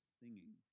singing